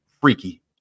freaky